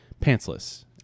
pantsless